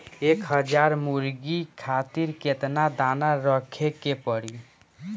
एक हज़ार मुर्गी खातिर केतना दाना रखे के पड़ी?